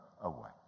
away